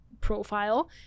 profile